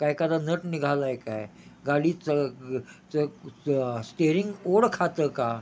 का एकादा नट निघाला आहे काय गाडीचं ग चं चं स्टेरिंग ओढ खातं का